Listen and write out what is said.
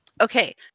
Okay